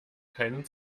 keinen